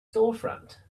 storefront